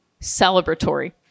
celebratory